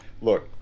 Look